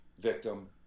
victim